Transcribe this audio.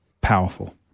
powerful